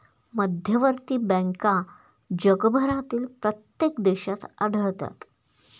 मध्यवर्ती बँका जगभरातील प्रत्येक देशात आढळतात